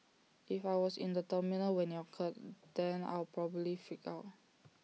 if I was in the terminal when IT occurred then I'll probably freak out